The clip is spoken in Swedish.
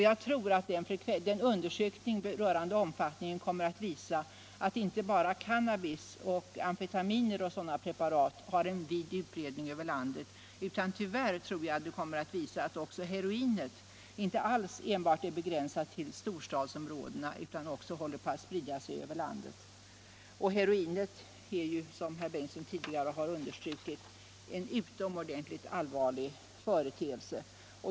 Jag befarar att en undersökning rörande omfattningen kommer att visa att inte bara cannabis, amfetamin och sådana preparat har en vid utbredning över landet utan att tyvärr också heroinet håller på att sprida sig över landet och inte alls enbart är begränsat till storstadsområdena. Heroinmissbruket är, som herr Bengtsson tidigare underströk, en utomordentligt allvarlig företeelse.